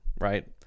right